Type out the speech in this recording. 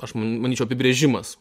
aš manyčiau apibrėžimas